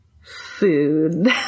food